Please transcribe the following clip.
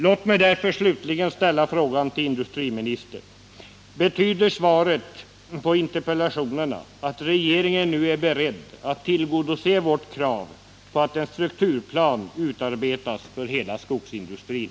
Jag vill därför till sist ställa frågan till industriministern: Betyder svaret på interpellationerna att regeringen nu är beredd att tillgodose vårt krav på att en strukturplan utarbetas för hela skogsindustrin?